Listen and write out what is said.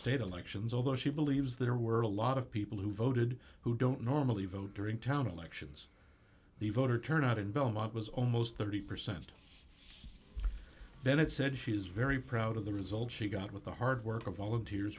state elections although she believes there were a lot of people who voted who don't normally vote during town elections the voter turnout in belmont was almost thirty percent bennett said she is very proud of the results she got with the hard work of volunteer